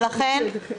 לכן,